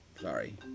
Sorry